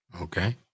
okay